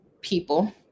people